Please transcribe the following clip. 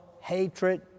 hatred